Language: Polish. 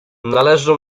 należy